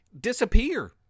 disappear